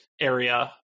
area